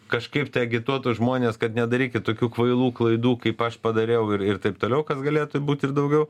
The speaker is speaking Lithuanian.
kažkaip tai agituotų žmones kad nedarykit tokių kvailų klaidų kaip aš padariau ir ir taip toliau kas galėtų būt ir daugiau